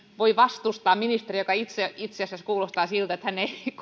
voi vastustaa ministeriä joka itse asiassa kuulostaa siltä että hän ei